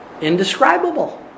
indescribable